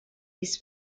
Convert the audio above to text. his